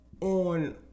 on